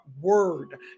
word